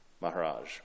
Maharaj